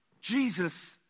Jesus